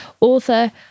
author